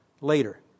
later